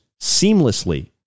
seamlessly